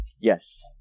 Yes